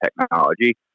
technology